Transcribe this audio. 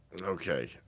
Okay